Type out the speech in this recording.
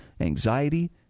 anxiety